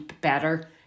better